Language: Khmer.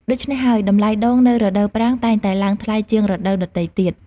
ដូច្នេះហើយ តម្លៃដូងនៅរដូវប្រាំងតែងតែឡើងថ្លៃជាងរដូវដទៃទៀត។